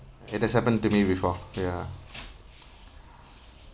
it has happened to me before ya